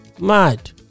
Mad